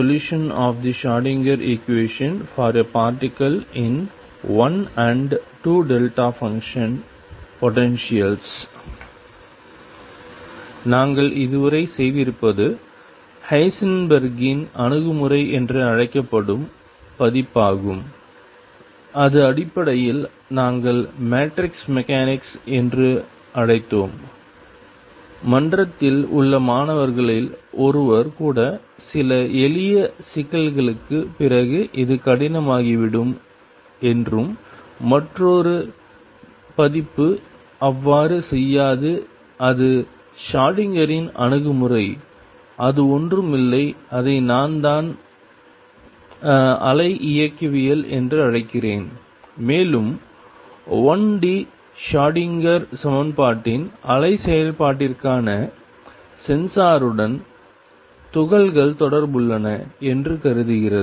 solution of the Schrodinger equation for a particle in one and 2 delta function potentials நாங்கள் இதுவரை செய்திருப்பது ஹைசன்பெர்க்கின் Heisenberg's அணுகுமுறை என்று அழைக்கப்படும் பதிப்பாகும் இது அடிப்படையில் நாங்கள் மேட்ரிக்ஸ் மெக்கானிக்ஸ் என்று அழைத்தோம் மன்றத்தில் உள்ள மாணவர்களில் ஒருவர் கூட சில எளிய சிக்கல்களுக்குப் பிறகு இது கடினமாகிவிடும் என்றும் மற்றொரு பதிப்பு அவ்வாறு செய்யாது அது ஷ்ரோடிங்கரின் Schrodinger's அணுகுமுறை அது ஒன்றும் இல்லை அதை நான் அலை இயக்கவியல் என்று அழைக்கிறேன் மேலும் 1D ஷ்ரோடிங்கர் சமன்பாட்டின் அலை செயல்பாட்டிற்கான சென்சாருடன் துகள்கள் தொடர்புபட்டுள்ளன என்று கருதுகிறது